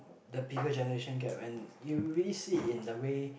the bigger generation gap and you really see it in the way